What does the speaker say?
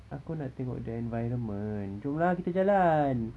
aku nak tengok the environment jom lah kita jalan